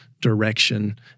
direction